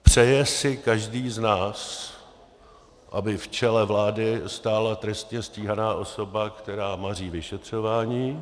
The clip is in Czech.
Přeje si každý z nás, aby v čele vlády stála trestně stíhaná osoba, která maří vyšetřování?